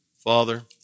Father